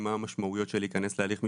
מה המשמעויות של להיכנס להליך משפטי.